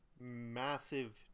massive